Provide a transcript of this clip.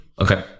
Okay